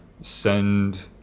send